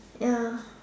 ya